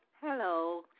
Hello